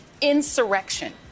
insurrection